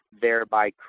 thereby